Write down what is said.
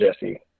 Jesse